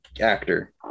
actor